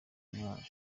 umwana